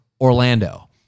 Orlando